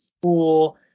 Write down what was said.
school